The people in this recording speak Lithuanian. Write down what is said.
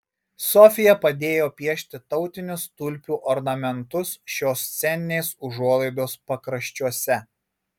sofija padėjo piešti tautinius tulpių ornamentus šios sceninės užuolaidos pakraščiuose